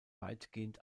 weitgehend